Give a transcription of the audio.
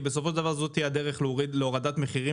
כי בסופו של דבר זאת הדרך להורדת מחירים